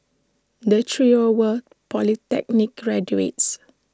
the trio were polytechnic graduates